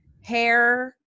hair